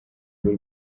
bw’u